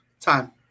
Time